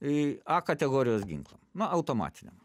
į a kategorijos ginklą na automatiniam